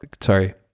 Sorry